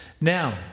Now